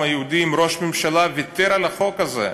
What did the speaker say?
היהודי אם ראש הממשלה ויתר על החוק הזה,